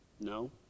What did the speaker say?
No